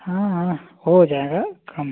हाँ हाँ हो जाएगा कम